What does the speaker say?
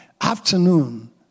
afternoon